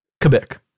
Quebec